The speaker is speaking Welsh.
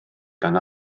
gan